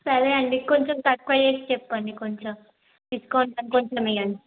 సరే అండి కొంచెం తక్కువ చేేసి చెప్పండి కొంచెం డిస్కౌంట్ అని కొంచెం ఇయ్యండి